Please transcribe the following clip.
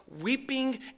weeping